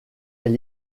est